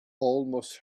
almost